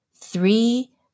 three